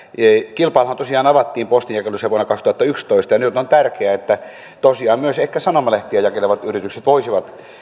kilpailuhan tosiaan avattiin postinjakelussa vuonna kaksituhattayksitoista ja nyt tosiaan myös ehkä sanomalehtiä jakelevat yritykset voisivat